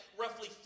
roughly